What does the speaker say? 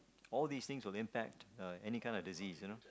all these things will impact uh any kind of disease you know